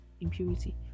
impurity